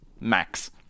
max